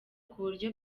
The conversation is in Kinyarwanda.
kuburyo